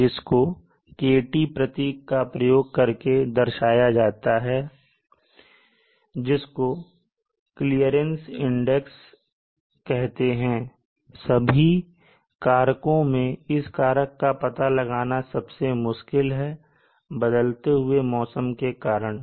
इसको KT प्रतीक का प्रयोग करके दर्शाया जाता है जिसको क्लियरनेश इंडेक्स कहते हैं सभी कारकों में इस कारक का पता लगाना सबसे मुश्किल है बदलते हुए मौसम के कारण